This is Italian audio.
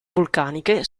vulcaniche